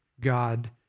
God